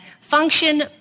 function